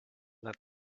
let